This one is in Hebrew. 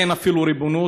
אין אפילו ריבונות,